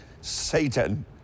Satan